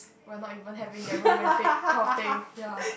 we are not even having that romantic kind of thing ya